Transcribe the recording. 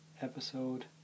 episode